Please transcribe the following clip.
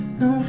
no